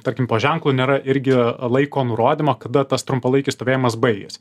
tarkim po ženklu nėra irgi laiko nurodymo kada tas trumpalaikis stovėjimas baigias